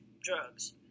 drugs